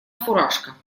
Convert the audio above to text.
фуражка